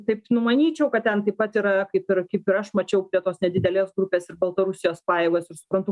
taip numanyčiau kad ten taip pat yra kaip ir kaip ir aš mačiau prie tos nedidelės grupės ir baltarusijos pajėgos ir suprantu